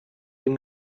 dem